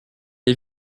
est